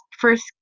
first